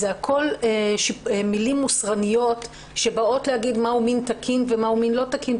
הכול מילים מוסרניות שבאות להגיד מה מין תקין ומהו מין לא תקין,